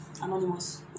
anonymous